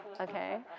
okay